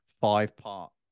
five-part